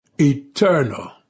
eternal